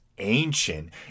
ancient